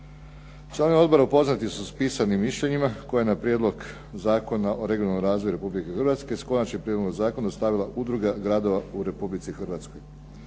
Članovi odbora upoznati su s pisanim mišljenjima koje je na Prijedlog zakona o regionalnom razvoju Republike Hrvatske s Konačnim prijedlogom zakona dostavila udruga gradova u Republici Hrvatskoj.